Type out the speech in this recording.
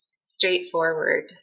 straightforward